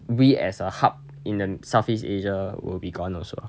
we as a hub in the southeast asia will be gone also